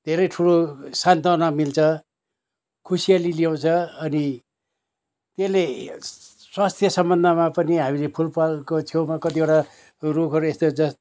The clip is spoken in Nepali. धेरै ठुलो सान्तवना मिल्छ खुसियाली ल्याउँछ अनि त्यसले स्वास्थ्य सम्बन्धमा पनि हामीले फुल फलको छेउमा कतिवटा रुखहरू यस्तो जस्